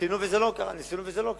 ניסינו וזה לא קרה, ניסינו וזה לא קרה.